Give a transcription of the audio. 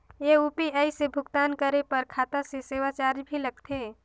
ये यू.पी.आई से भुगतान करे पर खाता से सेवा चार्ज भी लगथे?